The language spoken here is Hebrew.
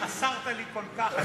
אתה חסרת לי כל כך.